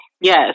Yes